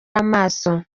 amaso